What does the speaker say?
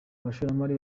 abashoramari